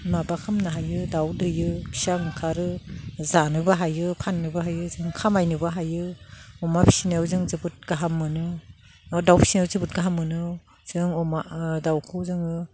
माबा खालामनो हायो दाउ दैयो फिसा ओंखारो जानोबो हायो फाननोबो हायो जों खामायनोबो हायो अमा फिसिनायाव जों जोबोद गाहाम मोनो बा दाउ फिसिनायाव जोबोद गाहाम मोनो जों अमा दाउखौ जोङो